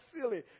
silly